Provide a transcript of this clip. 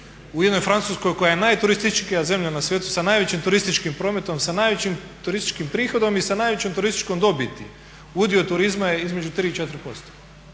U jednoj Francuskoj koja je najturističkija zemlja na svijetu sa najvećim turističkim prometom, sa najvećim turističkim prihodom i sa najvećom turističkom dobiti. Udio turizma je između 3 i 4%